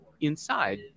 Inside